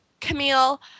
Camille